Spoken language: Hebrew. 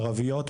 ערביות,